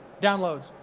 downloads,